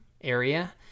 area